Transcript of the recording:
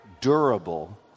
durable